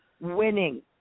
winning